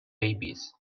babies